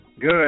Good